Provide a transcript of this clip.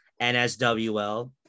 NSWL